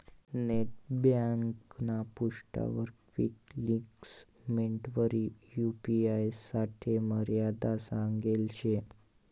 net ब्यांकना पृष्ठावर quick links मेंडवरी यू.पी.आय साठे मर्यादा सांगेल शे